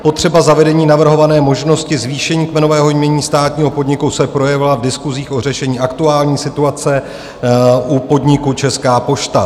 Potřeba zavedení navrhované možnosti zvýšení kmenového jmění státního podniku se projevila v diskusích o řešení aktuální situace u podniku Česká pošta.